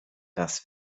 das